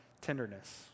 tenderness